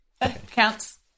counts